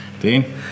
Dean